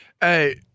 Hey